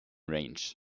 range